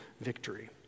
victory